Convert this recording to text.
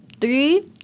three